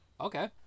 Okay